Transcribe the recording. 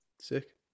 Sick